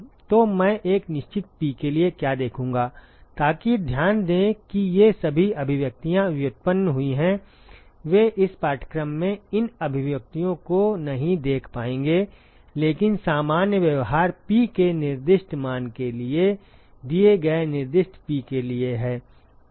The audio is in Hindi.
तो मैं एक निश्चित P के लिए क्या देखूंगा ताकि ध्यान दें कि ये सभी अभिव्यक्तियां व्युत्पन्न हुई हैं वे इस पाठ्यक्रम में इन अभिव्यक्तियों को नहीं देख पाएंगे लेकिन सामान्य व्यवहार P के निर्दिष्ट मान के लिए दिए गए निर्दिष्ट P के लिए है